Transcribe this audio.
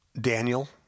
Daniel